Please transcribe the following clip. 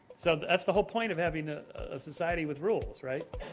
so that's the whole point of having a ah society with rules, right?